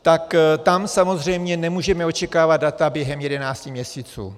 Tak tam samozřejmě nemůžeme očekávat data během jedenácti měsíců.